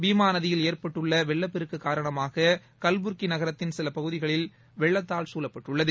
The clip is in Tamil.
பீமா நதியில் ஏற்பட்டுள்ள வெள்ளப்பெருக்கு காரணமாக கல்புர்கி நகரத்தின் சில பகுதிகளில் வெள்ளத்தால் சூழப்பட்டுள்ளது